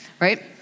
right